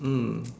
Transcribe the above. mm